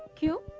you